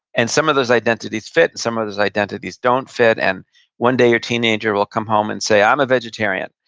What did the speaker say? and some of those identities fit, and some of those identities don't fit, and one day your teenager will come home and say, i'm a vegetarian.